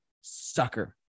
sucker